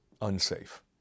unsafe